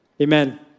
Amen